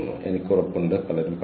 നമ്മൾ ഐഐടിയിലെ അധ്യാപകരാണ്